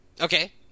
okay